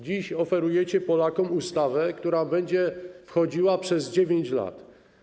Dziś oferujecie Polakom ustawę, która będzie wchodziła przez 9 lat.